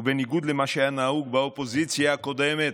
ובניגוד למה שהיה נהוג באופוזיציה הקודמת,